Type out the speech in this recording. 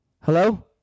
Hello